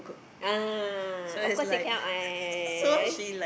ah of course it cannot I